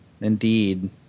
Indeed